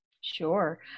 Sure